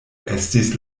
estis